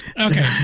Okay